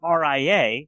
RIA